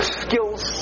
skills